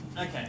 Okay